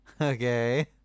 okay